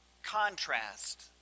contrast